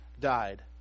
died